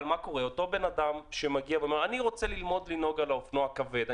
אבל מה קורה עם אותו בן אדם שרוצה ללמוד על אופנוע כבד,